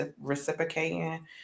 reciprocating